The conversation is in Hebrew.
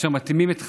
אשר מתאימים את חייהם,